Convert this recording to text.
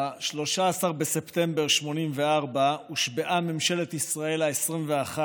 ב-13 בספטמבר 1984 הושבעה ממשלת ישראל העשרים-ואחת.